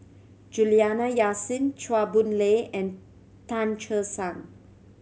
Juliana Yasin Chua Boon Lay and Tan Che Sang